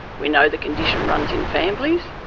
we know the condition runs in families.